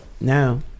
No